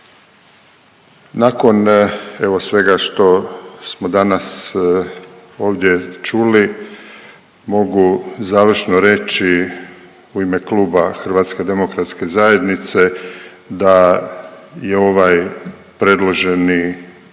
Nakon evo svega što smo danas ovdje čuli, mogu završno reći u ime kluba HDZ-a da je ovaj predloženi